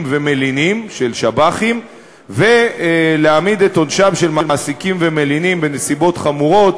ומלינים של שב"חים ולהעמיד את עונשם של מעסיקים ומלינים בנסיבות חמורות,